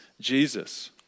Jesus